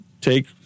take